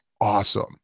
awesome